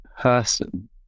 person